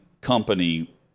company